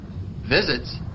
Visits